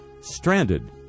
stranded